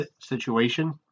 situation